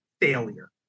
failure